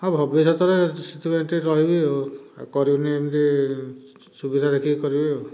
ହଁ ଭବିଷ୍ୟତରେ ସେତେବେଳେ ଏଠି ରହିବି ଆଉ ଆଉ କରିବିନି ଏମିତି ସୁବିଧା ଦେଖିକି କରିବି ଆଉ